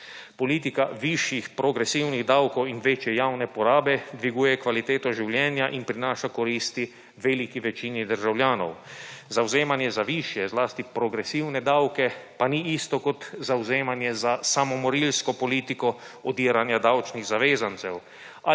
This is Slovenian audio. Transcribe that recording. Politika višjih progresivnih davkov in večje javne porabe dviguje kvaliteto življenja in prinaša koristi veliki večini državljanov. Zavzemanje za višje, zlasti progresivne davke pa ni isto kot zavzemanje za samomorilsko politiko odiranja davčnih zavezancev